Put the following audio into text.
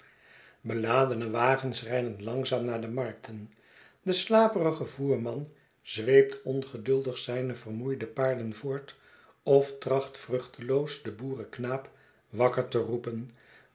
beladene wagens rijden langzaam naar de markten de slaperige voerman zweept ongeduldig zijne vermoeide paarden voort oftracht vruchteloos den boerenknaap wakker te roepen